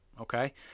Okay